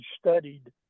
studied